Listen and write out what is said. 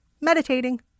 Meditating